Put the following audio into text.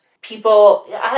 people